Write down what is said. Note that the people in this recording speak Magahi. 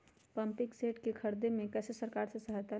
पम्पिंग सेट के ख़रीदे मे कैसे सरकार से सहायता ले?